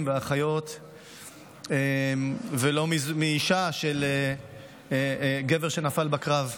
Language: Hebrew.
והאחיות או מאישה של גבר שנפל בקרב,